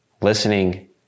listening